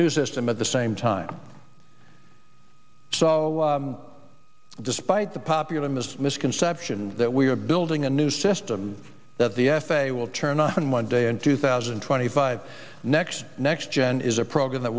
new system at the same time so despite the popular misconception that we are building a new system that the f a a will turn on monday in two thousand and twenty five next next gen is a program that